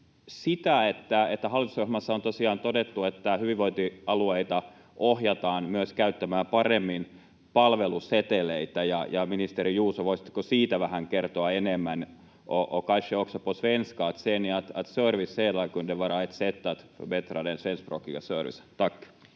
siitä, kun hallitusohjelmassa on tosiaan todettu, että hyvinvointialueita ohjataan myös käyttämään paremmin palveluseteleitä. Ministeri Juuso, voisitteko siitä kertoa vähän enemmän? Och